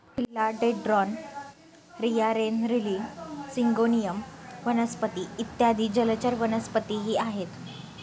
फिला dendron, रिया, rain lily, syngonium वनस्पती इत्यादी जलचर वनस्पतीही आहेत